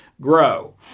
grow